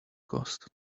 cost